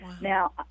now